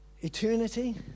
Eternity